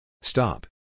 Stop